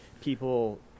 people